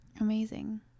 Amazing